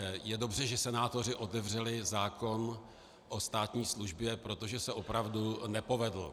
Je dobře, že senátoři otevřeli zákon o státní službě, protože se opravdu nepovedl.